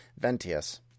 Ventius